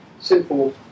Simple